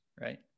right